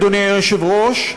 אדוני היושב-ראש,